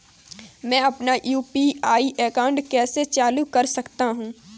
मैं अपना UPI account कैसे चालू कर सकता हूँ?